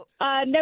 No